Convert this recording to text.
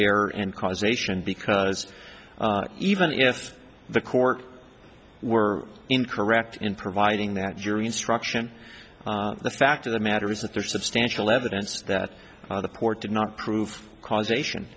error and causation because even if the court were incorrect in providing that jury instruction the fact of the matter is that there is substantial evidence that the court did not prove causation